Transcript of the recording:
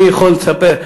אני יכול לספר.